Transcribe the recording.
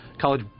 college